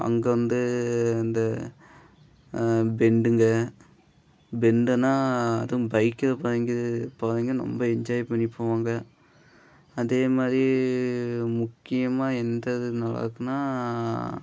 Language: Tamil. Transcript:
அங்கே வந்து இந்த பெண்டுங்கள் பெண்டுன்னால் அதுவும் பைக்கில் போகிறவிங்க போகிறவிங்க ரொம்ப என்ஜாய் பண்ணிப் போவாங்க அதே மாதிரி முக்கியமாக எந்த இது நல்லாயிருக்குன்னா